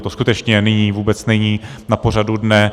To skutečně nyní vůbec není na pořadu dne.